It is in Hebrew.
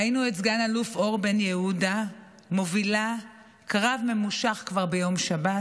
ראינו את סגן אלוף אור בן יהודה מובילה קרב ממושך כבר ביום שבת.